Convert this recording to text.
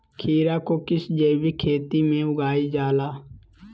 खीरा को किस जैविक खेती में उगाई जाला?